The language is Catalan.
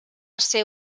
ser